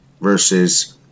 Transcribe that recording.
versus